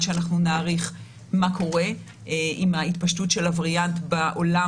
שאנחנו נעריך מה קורה עם ההתפשטות של הווריאנט בעולם